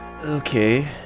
Okay